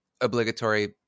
obligatory